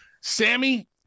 Sammy